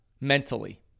mentally